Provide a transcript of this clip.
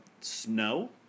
snow